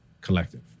Collective